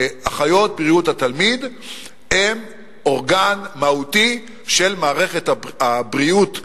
אחיות בריאות התלמיד הן אורגן מהותי של מערכת הבריאות הממלכתית,